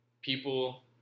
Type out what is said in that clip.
People